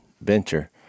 venture